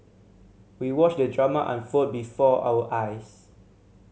we watched the drama unfold before our eyes